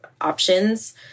options